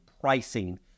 pricing